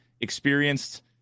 experienced